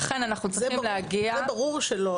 לכן אנחנו צריכים להגיע --- זה ברור שזה לא הפתרון.